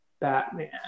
Batman